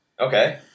Okay